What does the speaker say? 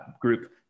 group